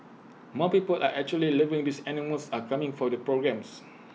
more people are actually living these animals and coming for the programmes